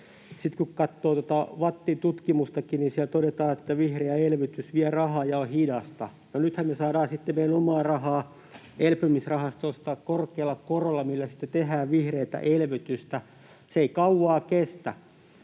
kun katsoo tuota VATTin tutkimustakin, niin siellä todetaan, että vihreä elvytys vie rahaa ja on hidasta. No nythän me saadaan sitten meidän omaa rahaa elpymisrahastosta korkealla korolla, millä sitten tehdään vihreätä elvytystä. Se ei kauan kestä.